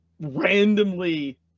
randomly